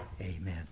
Amen